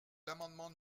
l’amendement